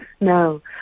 no